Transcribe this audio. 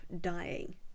dying